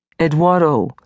Eduardo